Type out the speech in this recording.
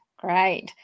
Great